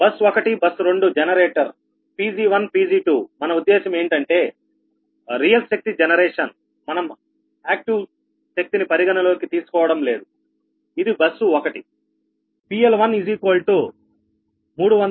బస్1 bus generator Pg1 Pg2 మన ఉద్దేశ్యం ఏంటంటే రియల్ శక్తి జనరేషన్ మనం యాక్టీవ్ శక్తిని పరిగణలోకి తీసుకోవడం లేదు ఇది బస్సు 1